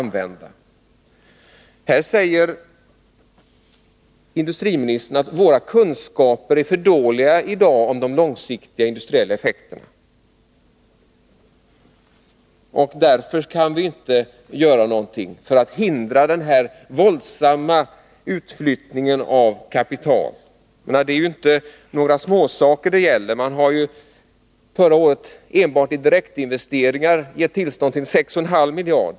Industriministern säger att våra kunskaper om de långsiktiga industriella effekterna är för dåliga i dag och att vi därför inte kan göra något för att hindra den här våldsamma utflyttningen av kapital. Men det är ju inte några småsaker det gäller. Förra året gav man enbart när det gäller direktinvesteringar tillstånd uppgående till 6 1/2 miljarder.